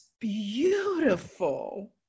beautiful